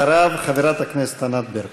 אחריו, חברת הכנסת ענת ברקו.